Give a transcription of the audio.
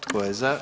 Tko je za?